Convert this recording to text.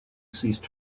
ceased